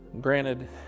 Granted